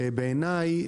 בעיני,